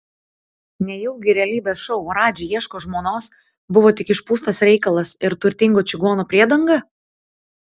nejaugi realybės šou radži ieško žmonos buvo tik išpūstas reikalas ir turtingo čigono priedanga